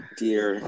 dear